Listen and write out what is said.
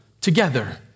together